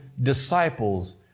disciples